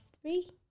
three